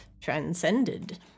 transcended